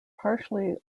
partially